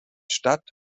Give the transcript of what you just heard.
stadt